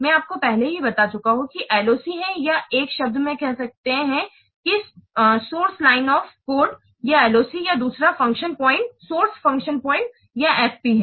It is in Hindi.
मैं आपको पहले ही बता चुका हूं कि LOC है या एक शब्दों में कह सकते हैं कि सोर्स लाइन्स ऑफ़ कोड या LOC और दूसरा फंक्शन प्वाइंट या FP है